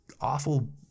awful